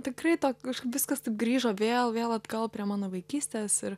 tikrai to kažkaip viskas taip grįžo vėl vėl atgal prie mano vaikystės ir